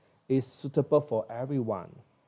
is suitable for everyone